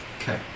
Okay